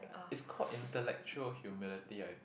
it's called intellectual humility I